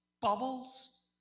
bubbles